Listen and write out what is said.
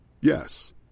Yes